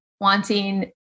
wanting